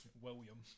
William